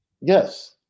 Yes